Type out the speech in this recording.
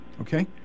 Okay